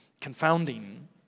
confounding